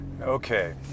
Okay